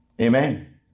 Amen